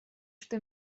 что